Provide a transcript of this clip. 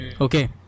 okay